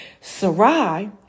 Sarai